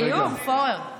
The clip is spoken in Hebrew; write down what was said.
זה איום, פורר?